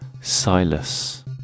Silas